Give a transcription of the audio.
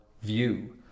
view